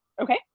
Okay